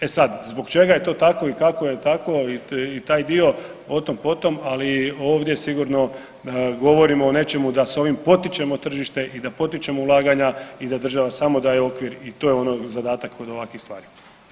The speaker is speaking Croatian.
E sad, zbog čega je to tako i kako je tako i taj dio, o tom, potom, ali ovdje sigurno govorimo o nečemu da s ovim potičemo tržište i da potičemo ulaganja i da država samo daje okvir i to je ono zadatak kod ovakvih stvari.